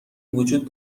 وجود